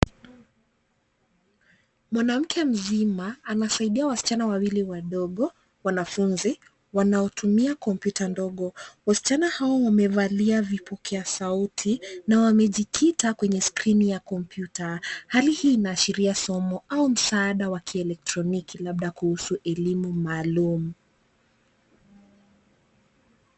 Mwanamke mzima anasaidia wasichana wawili wadogo, wanafunzi wanaotumia kompyuta dogo. Wasichana hao wamevalia vipokea sauti na wamejikita kwenye skrini ya kompyuta. Hali hii inaashiria somo au msaada wa kieletroniki labda kuhusu elimu maalum.